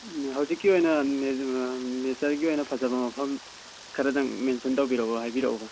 ꯎꯝ ꯍꯧꯖꯤꯛꯀꯤ ꯑꯣꯏꯅ ꯅꯦꯆꯔꯒꯤ ꯑꯣꯏꯅ ꯐꯖꯕ ꯃꯐꯝ ꯈꯔꯗꯪ ꯃꯦꯟꯁꯟ ꯇꯧꯕꯤꯔꯛꯑꯣ ꯍꯥꯏꯕꯤꯔꯛꯎꯕ